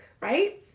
right